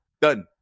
done